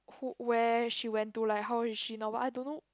who where she went to like how is she now but I don't know